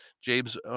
James